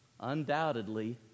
undoubtedly